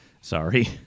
sorry